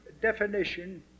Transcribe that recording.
definition